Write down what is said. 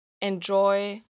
enjoy